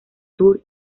tour